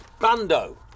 Bando